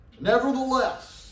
Nevertheless